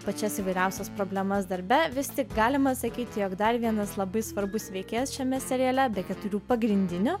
pačias įvairiausias problemas darbe vis tik galima sakyti jog dar vienas labai svarbus veikėjas šiame seriale be keturių pagrindinių